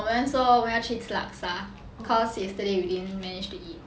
我们说要去吃 laksa cause yesterday we didn't managed to eat